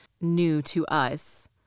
new-to-us